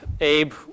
Abe